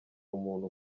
umuntu